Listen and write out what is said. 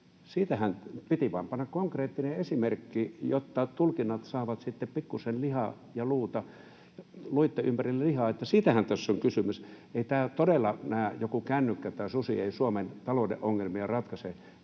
edustaa. Piti vain panna konkreettinen esimerkki, jotta tulkinnat saavat sitten pikkuisen lihaa ja luuta, luitten ympärille lihaa. Eli siitähän tässä on kysymys. Todellakaan joku kännykkä tai susi ei Suomen talouden ongelmia ratkaise,